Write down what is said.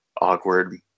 awkward